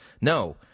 No